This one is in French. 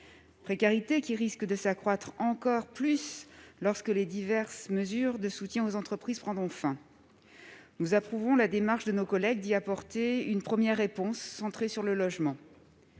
précarité risque de s'accroître encore plus lorsque les diverses mesures de soutien aux entreprises prendront fin. Nous approuvons la démarche de nos collègues d'y apporter une première réponse, centrée sur le logement.